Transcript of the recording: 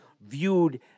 viewed